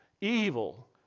Evil